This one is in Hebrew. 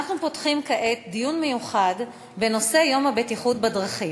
אנחנו פותחים כעת דיון מיוחד בנושא יום הבטיחות בדרכים,